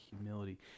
humility